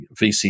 VC